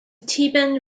theban